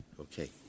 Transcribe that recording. Okay